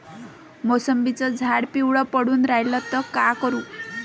मोसंबीचं झाड पिवळं पडून रायलं त का करू?